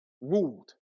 ruled